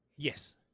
Yes